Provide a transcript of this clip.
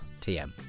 TM